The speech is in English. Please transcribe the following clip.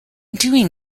doing